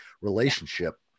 relationship